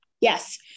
Yes